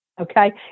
Okay